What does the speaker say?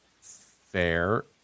Fair